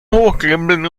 hochkrempeln